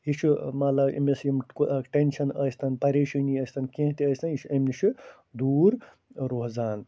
یہِ چھُ مطلب أمِس ٹٮ۪نشَن ٲسۍتَن پریشٲنی ٲسۍتَن کیٚنٛہہ تہِ ٲسۍتَن یہِ چھُ اَمہِ نِشہٕ دوٗر روزان